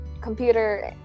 Computer